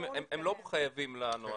הם לא חייבים לנו,